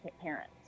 parents